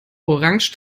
orange